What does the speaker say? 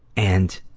and,